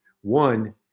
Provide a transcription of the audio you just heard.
one